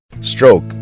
stroke